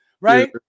right